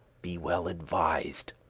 be well advised,